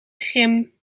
grim